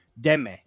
Deme